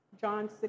John